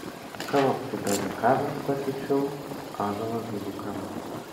kavos pupelių kavą pakeičiau ąžuolo gilių kava